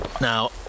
Now